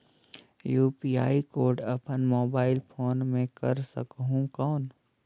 UPI code अपन mobile phone मे कर सकहुं कौन?